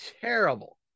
terrible